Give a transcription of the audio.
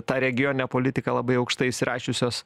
tą regioninę politiką labai aukštai įsirašiusios